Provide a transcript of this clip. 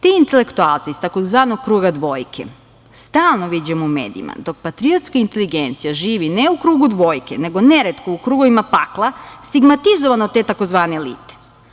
Te intelektualce iz tzv. kruga dvojke stalno viđamo u medijima, dok patriotska inteligencija živi ne u krugu dvojke, nego neretko u krugovima pakla stigmatizovano od te tzv. elite.